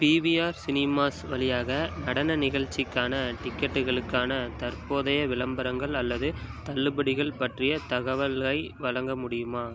PVR Cinemas வழியாக நடன நிகழ்ச்சிக்கான டிக்கெட்டுகளுக்கான தற்போதைய விளம்பரங்கள் அல்லது தள்ளுபடிகள் பற்றிய தகவல்கள் வழங்க முடியுமா